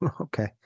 Okay